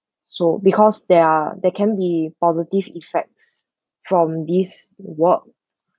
so because there are there can be positive effects from this work